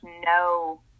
no